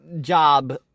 job